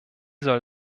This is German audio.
soll